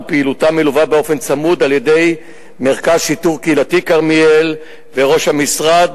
ופעילותה מלווה באופן צמוד על-ידי מרכז שיטור קהילתי כרמיאל וראש המשרד.